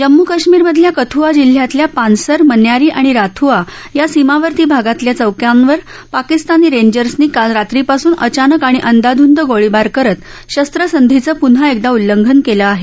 जम्म् काश्मिरमधल्या कथ्आ जिल्ह्यातल्या पानसर मन्यारी आणि राथुआ या सीमावर्ती भागातल्या चौक्यांवर पाकिस्तानी रंजर्सनी काल रात्रीपासून अचानक आणि अंधांधूंद गोळीबार करत शस्त्रसंधीचं पून्हा एकदा उल्लंघन केलं आहे